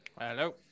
Hello